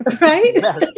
Right